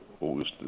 August